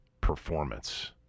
performance